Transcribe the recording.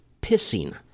pissing